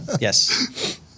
Yes